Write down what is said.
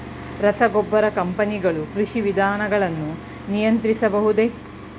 ರಸಗೊಬ್ಬರ ಕಂಪನಿಗಳು ಕೃಷಿ ವಿಧಾನಗಳನ್ನು ನಿಯಂತ್ರಿಸಬಹುದೇ?